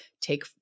take